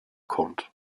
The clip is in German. kommt